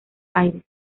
aires